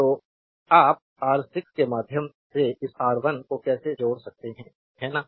तो आप आर 6 के माध्यम से इस R1 को कैसे जोड़ सकते हैं है ना